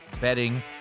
betting